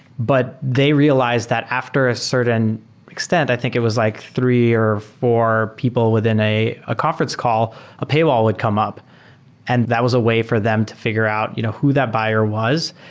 but they realize that after a certain extent, i think it was like three or four people within a a conference call, ah paywall come up and that was a way for them to figure out you know who that buyer was.